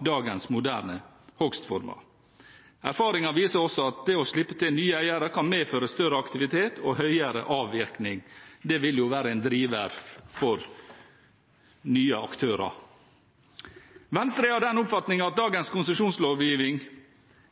dagens moderne hogstformer. Erfaringer viser også at det å slippe til nye eiere kan medføre større aktivitet og høyere avvirkning. Det vil jo være en driver for nye aktører. Venstre er av den oppfatning at dagens konsesjonslovgivning